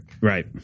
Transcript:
Right